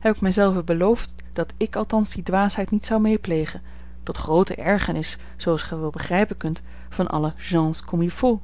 heb ik mij zelve beloofd dat ik althans die dwaasheid niet zou meeplegen tot groote ergernis zooals gij wel begrijpen kunt van alle gens comme il faut